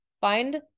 find